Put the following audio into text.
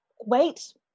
wait